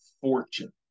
fortune